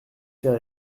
fait